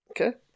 Okay